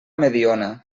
mediona